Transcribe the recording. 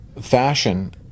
fashion